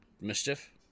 Mischief